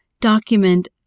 document